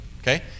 Okay